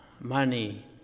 money